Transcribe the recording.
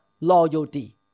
loyalty